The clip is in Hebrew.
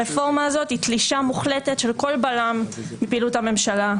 הרפורמה הזאת היא תלישה מוחלטת של כל בלם מפעילות הממשלה.